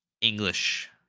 English